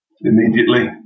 immediately